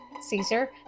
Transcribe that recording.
Caesar